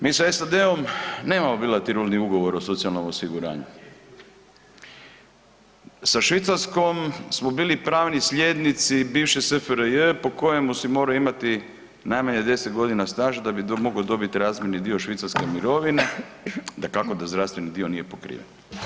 Mi sa SAD-om nemamo bilateralni ugovor o socijalnom osiguranju, sa Švicarskom smo bili pravni slijednici bivše SFRJ po kojemu si morao imati najmanje 10 godina staža da bi mogao dobiti razmjerni dio švicarske mirovine, dakako da zdravstveni dio nije pokriven.